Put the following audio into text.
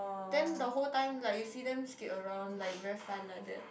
then the whole time like you see them skate around like very fun like that